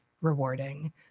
rewarding